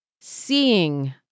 seeing